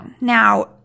now